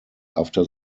after